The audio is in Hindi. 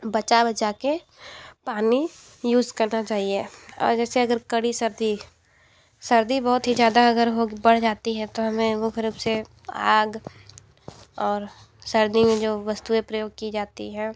बचा बचा के पानी यूज़ करना चाहिए और जैसे अगर कड़ी सर्दी सर्दी बहुत ही ज़्यादा अगर हो बढ़ जाती है तो हमें मुख्य रूप से आग और सर्दी में जो वस्तुएँ प्रयोग की जाती हैं